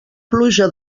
pluja